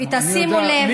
ושימו לב,